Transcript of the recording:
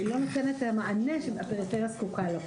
לא נותנת את המענה שהפריפריה זקוקה לו,